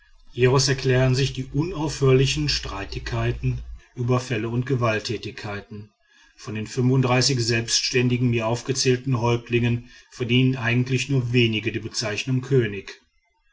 hieraus erklären sich die unaufhörlichen streitigkeiten überfälle und gewalttätigkeiten von den selbständigen mir aufgezählten häuptlingen verdienen eigentlich nur wenige die bezeichnung könig